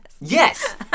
Yes